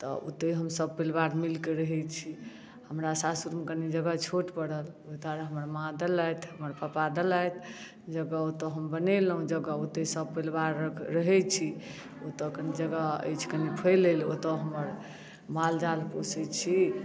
तऽ ओतै हम सपरिवार मिल कऽ रहै छी हमरा सासुर मे कनी जगह छोट परल ओहिदुआरे हमर माँ देलथि हमर पापा देलथि जगह ओतए हम बनेलहुॅं जगह ओतै सपरिवार रहै छी ओतए कनी जगह अछि कनी फैल अइल ओतए हमर माल जाल पोषै छी